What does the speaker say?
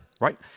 right